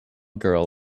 girl